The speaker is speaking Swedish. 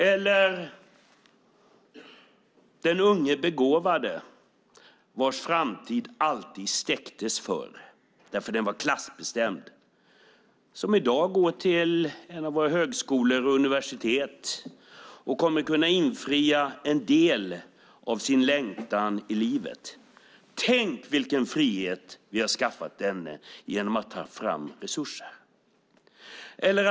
Tänk på den unge begåvade, vars framtid förr alltid släcktes därför att den var klassbestämd, som i dag går till en av våra högskolor eller ett av våra universitet och kommer att kunna infria en del av sin längtan i livet! Tänk vilken frihet vi har skaffat denne genom att ta fram resurser!